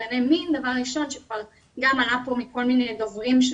עברייני מין: אחד גם עלה פה מכל מיני דוברים,